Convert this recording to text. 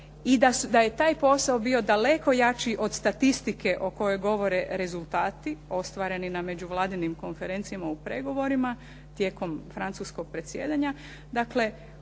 i da je taj posao bio daleko jači od statistike o kojoj govore rezultati ostvareni na međuvladinim konferencijama o pregovorima tijekom francuskog predsjedanja,